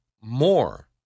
more